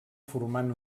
formant